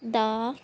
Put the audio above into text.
ਦਾ